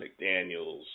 McDaniels